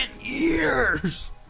years